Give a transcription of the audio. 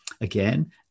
again